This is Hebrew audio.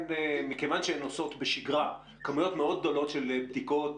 מכיוון שהן עושות בשגרה כמויות מאוד גדולות של בדיקות,